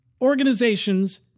organizations